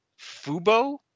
Fubo